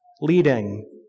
leading